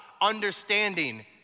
understanding